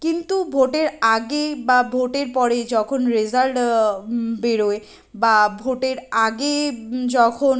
কিন্তু ভোটের আগেই বা ভোটের পরে যখন রেজাল্ট বেরোয় বা ভোটের আগে যখন